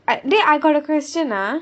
I then I got a question ah